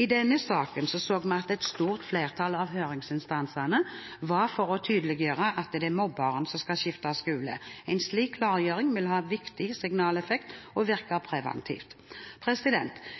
I denne saken så vi at et stort flertall av høringsinstansene var for å tydeliggjøre at det er mobberen som skal skifte skole. En slik klargjøring vil ha en viktig signaleffekt og virke preventivt.